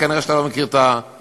כנראה אתה לא מכיר את המציאות,